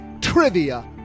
trivia